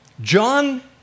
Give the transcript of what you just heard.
John